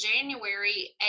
January